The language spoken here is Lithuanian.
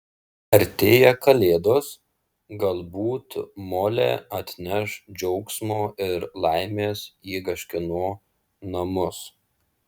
artėja kalėdos galbūt molė atneš džiaugsmo ir laimės į kažkieno namus